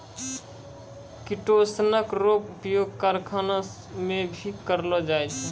किटोसनक रो उपयोग करखाना मे भी करलो जाय छै